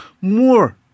more